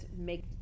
make